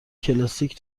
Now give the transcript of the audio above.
کلاسیک